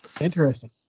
Interesting